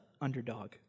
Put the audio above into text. underdog